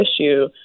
issue